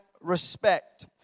respect